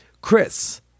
Chris